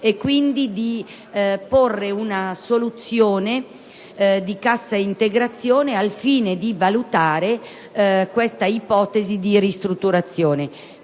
e quindi di porre in essere una soluzione di cassa integrazione al fine di valutare la suddetta ipotesi di ristrutturazione.